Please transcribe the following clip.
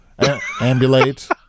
Ambulate